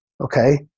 okay